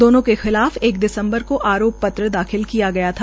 दोनों के खिलाफ एक दिसम्बर को आरोप पत्र दाखिल किया गया था